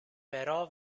però